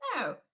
No